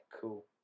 cool